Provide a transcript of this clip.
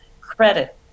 credit